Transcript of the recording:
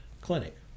clinic